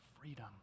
freedom